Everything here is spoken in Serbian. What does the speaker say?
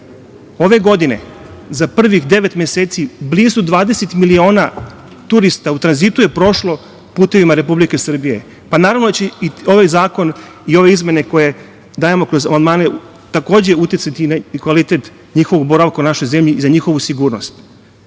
Ove godine za prvih devet meseci blizu 20 miliona turista u tranzitu je prošlo putevima Republike Srbije. Pa, naravno da će ovaj zakon i ove izmene koje dajemo kroz amandmane takođe uticati na kvalitet njihovog boravka u našoj zemlji i za njihovu sigurnost.